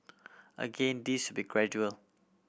again this be gradual